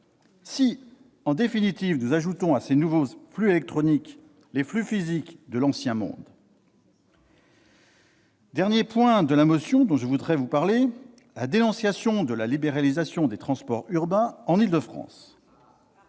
si, en définitive, nous ajoutons à ces nouveaux flux électroniques les flux physiques de l'ancien monde ? Dernier point de la motion dont je voudrais vous parler : la dénonciation de la libéralisation des transports urbains en Île-de-France.